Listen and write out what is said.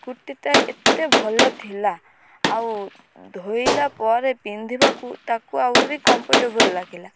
କୁର୍ତ୍ତୀଟା ଏତେ ଭଲ ଥିଲା ଆଉ ଧୋଇଲା ପରେ ପିନ୍ଧିବାକୁ ତାକୁ ଆହୁରି କମ୍ଫର୍ଟେବଲ୍ ଲାଗିଲା